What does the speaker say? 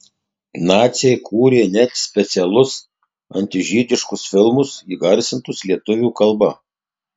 naciai kūrė net specialus antižydiškus filmus įgarsintus lietuvių kalba